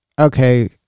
okay